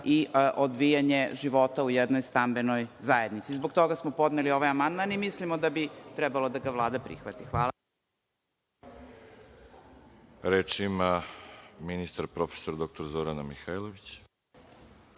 i odvijanje života u jednoj stambenoj zajednici. Zbog toga smo podneli ovaj amandman i mislimo da bi trebalo da ga Vlada prihvati. **Veroljub Arsić** Reč ima ministar prof. dr Zorana Mihajlović.